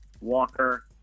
Walker